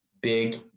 big